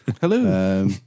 Hello